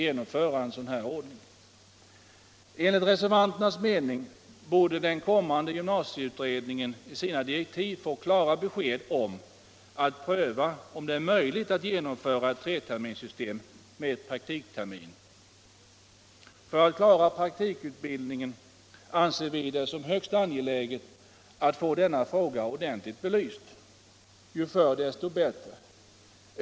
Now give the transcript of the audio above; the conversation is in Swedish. Enligt reservanternas mening borde den kommande gymnasieutredningen i sina direktiv få uppgiften att pröva om det är möjligt att genomföra ett treterminssystem med praktiktermin. För att klara praktikutbildningen anser vi det högst angeläget att få denna fråga ordentligt belyst, ju förr dess bättre.